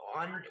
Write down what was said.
on